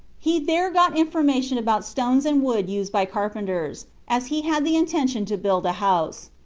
he there got information about stones and wood used by carpenters, as he had the intention to build a house.